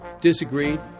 disagreed